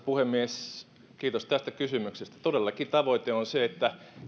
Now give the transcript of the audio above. puhemies kiitos tästä kysymyksestä todellakin tavoite on se että